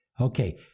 Okay